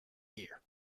year